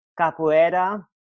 capoeira